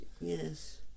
Yes